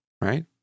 right